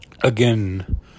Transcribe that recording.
again